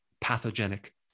pathogenic